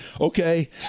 okay